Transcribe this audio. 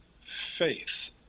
faith